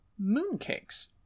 Mooncakes